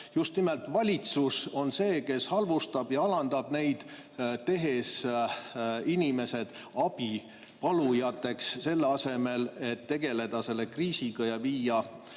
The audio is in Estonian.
just nimelt valitsus on see, kes halvustab ja alandab neid, tehes inimesed abipalujateks, selle asemel et tegelda selle kriisiga ja viia